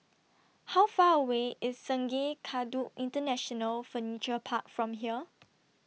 How Far away IS Sungei Kadut International Furniture Park from here